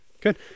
Good